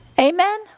Amen